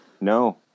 No